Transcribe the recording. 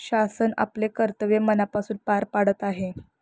शासन आपले कर्तव्य मनापासून पार पाडत आहे